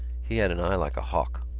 he had an eye like a hawk.